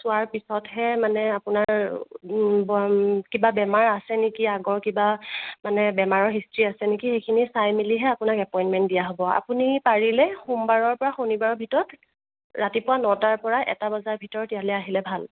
চোৱাৰ পিছতহে মানে আপোনাৰ কিবা বেমাৰ আছে নেকি আগৰ কিবা মানে বেমাৰৰ হিষ্ট্ৰী আছে নেকি সেইখিনি চাই মেলিহে আপোনাক এপ'ইনমেণ্ট দিয়া হ'ব আপুনি পাৰিলে সোমবাৰৰ পৰা শনিবাৰৰ ভিতৰত ৰাতিপুৱা নটাৰ পৰা এটা বজাৰ ভিতৰত ইয়ালে আহিলে ভাল